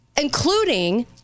including